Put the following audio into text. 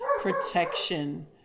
protection